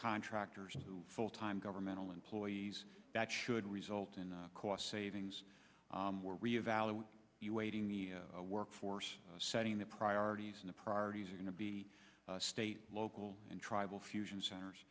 contractors who full time governmental employees that should result in cost savings reevaluate you waiting the workforce setting the priorities in the priorities are going to be state local and tribal fusion centers